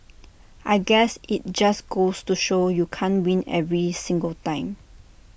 I guess IT just goes to show you can't win every single time